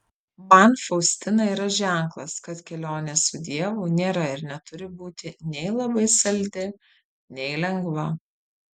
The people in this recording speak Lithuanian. man faustina yra ženklas kad kelionė su dievu nėra ir neturi būti nei labai saldi nei lengva